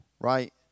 Right